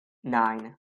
nine